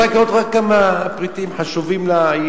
רוצה לקנות רק כמה פריטים חשובים לה,